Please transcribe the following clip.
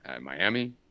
Miami